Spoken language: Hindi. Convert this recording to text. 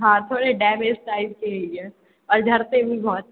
हाँ थोड़े डैमेज टाइप के इ ए और झड़ते भी बहुत